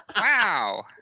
Wow